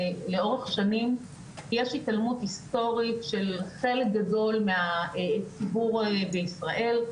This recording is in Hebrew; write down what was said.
שלאורך שנים יש התעלמות היסטורית של חלק גדול מהציבור בישראל.